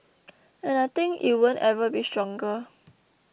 and I think it won't ever be stronger